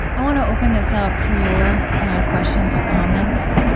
i want to open this up for your questions or comments